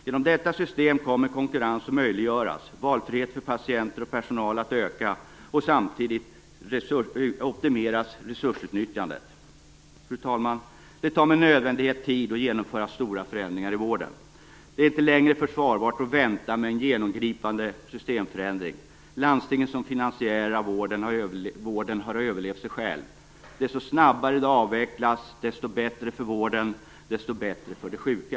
Genom detta system kommer konkurrens att möjliggöras och valfriheten för patienter och personal att öka, och samtidigt optimeras resursutnyttjandet. Fru talman! Det tar med nödvändighet tid att genomföra stora förändringar i vården. Det är inte längre försvarbart att vänta med en genomgripande systemförändring. Landstingen som finansiärer av vården har överlevt sig själva. Ju snabbare de avvecklas, desto bättre för vården och desto bättre för de sjuka.